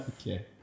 Okay